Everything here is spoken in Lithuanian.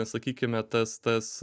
sakykime tas tas